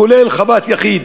כולל חוות יחיד.